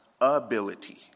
ability